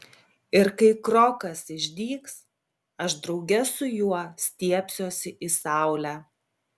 ir kai krokas išdygs aš drauge su juo stiebsiuosi į saulę